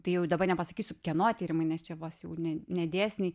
tai jau dabar nepasakysiu kieno tyrimai nes čia vos ne ne dėsniai